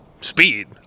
speed